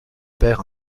perd